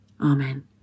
Amen